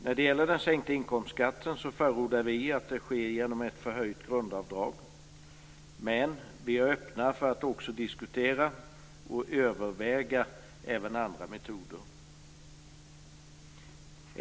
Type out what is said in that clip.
När det gäller den sänkta inkomstskatten förordar vi att den sker genom ett förhöjt grundavdrag, men vi är öppna för att diskutera och överväga även andra metoder.